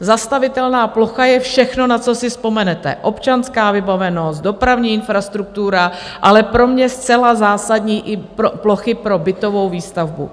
Zastavitelná plocha je všechno, na co si vzpomenete občanská vybavenost, dopravní infrastruktura, ale pro mě zcela zásadní, i plochy pro bytovou výstavbu.